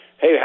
Hey